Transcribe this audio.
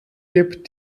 gibt